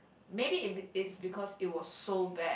maybe it be~ it's because it was so bad